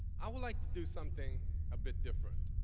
i would like to do something a bit different.